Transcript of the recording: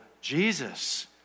Jesus